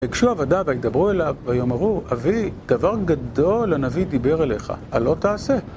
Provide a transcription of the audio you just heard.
היגשו עבודה והדברו אליו והיאמרו, אבי, דבר גדול הנביא דיבר אליך, הלא תעשה